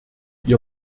ihr